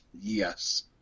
Yes